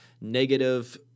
negative